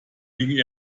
ging